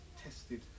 tested